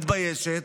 מתביישת,